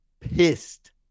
pissed